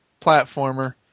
platformer